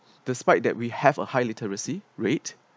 despite that we have a high literacy rate